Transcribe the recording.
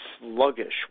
sluggish